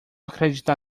acreditar